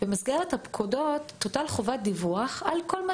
במסגרת הפקודות תוטל חובת דיווח על כל מה